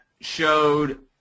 showed